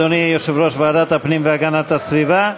אדוני יושב-ראש ועדת הפנים והגנת הסביבה.